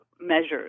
measures